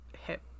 hip